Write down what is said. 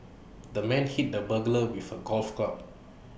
the man hit the burglar with A golf club